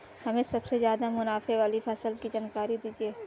हमें सबसे ज़्यादा मुनाफे वाली फसल की जानकारी दीजिए